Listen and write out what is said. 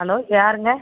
hello யாருங்க